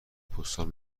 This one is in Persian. پستال